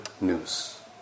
news